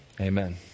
Amen